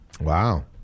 Wow